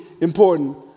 important